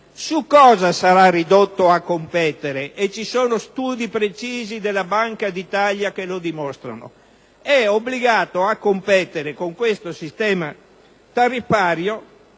Su cosa sarà ridotto a competere? Ci sono studi precisi della Banca d'Italia che lo dimostrano: con questo sistema tariffario